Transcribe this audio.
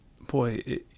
Boy